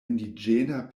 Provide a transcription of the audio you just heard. indiĝena